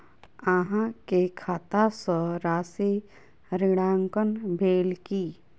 अहाँ के खाता सॅ राशि ऋणांकन भेल की?